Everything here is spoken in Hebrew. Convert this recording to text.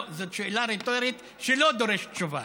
לא, זו שאלה רטורית שלא דורשת תשובה.